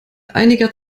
einiger